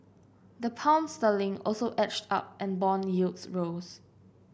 the Pound sterling also edged up and bond yields rose